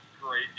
great